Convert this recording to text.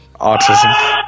autism